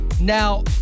Now